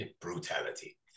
brutality